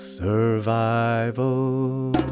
survival